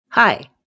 Hi